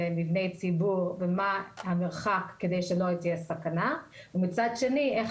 למבני ציבור ומה המרחק כדי שלא תהיה סכנה ומצד שני איך